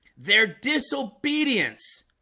their disobedience